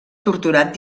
torturat